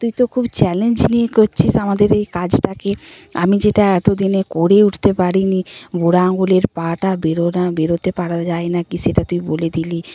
তুই তো খুব চ্যালেঞ্জ নিয়ে করছিস আমাদের এই কাজটাকে আমি যেটা এতদিনে করে উঠতে পারিনি বুড়া আঙ্গুলের পাটা বেরোনা বেরোতে পারা যায় না কি সেটা তুই বলে দিলি